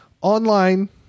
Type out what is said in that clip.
online